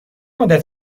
مدت